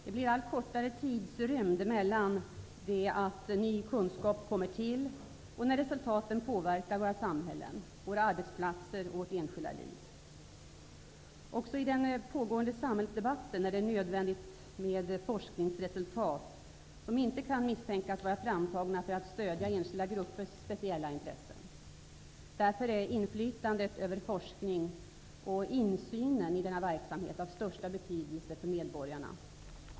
Det blir allt kortare tidsrymd mellan det att ny kunskap kommer till och det att resultaten påverkar våra samhällen, våra arbetsplatser och våra enskilda liv. Också i den pågående samhällsdebatten är det nödvändigt med forskningsresultat som inte kan misstänkas vara framtagna för att stödja enskilda gruppers speciella intressen. Därför är inflytandet över forskning och insynen i denna verksamhet av största betydelse för medborgarna.